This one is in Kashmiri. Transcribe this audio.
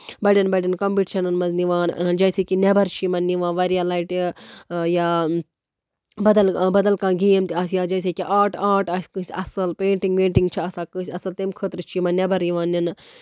بَڑٮ۪ن بَڑٮ۪ن کَمپیٚٹِشَنن منٛز نِوان جیسے کہِ نٮ۪بر چھُ یِمن یِوان واریاہ لَٹہِ یا بَدل بَدل کانٛہہ گیم تہِ آسہِ یا جیسے کہِ آرٹ آرٹ آسہِ کٲنسہِ اَصٕل پینٛٹِنگ وینٛٹِنگ چھِ آسان کٲنسہِ اَصٕل تَمہِ خٲطرٕ چھُ یِمن نٮ۪بر یِوان نِنہٕ